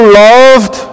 loved